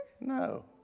No